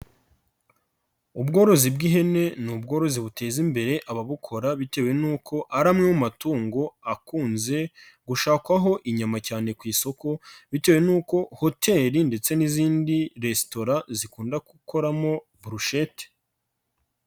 Ubworozi bw'ihene ni ubworozi buteza imbere ababukora, bitewe n'uko ari amwemo matungo akunze gushakwaho inyama cyane ku isoko, bitewe n'uko hoteli ndetse n'izindi resitora zikunda gukoramo burushete.